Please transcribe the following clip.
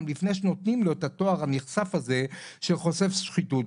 לפני שנותנים לו את התואר הנכסף הזה של "חושף שחיתות".